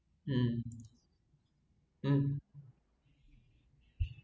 um uh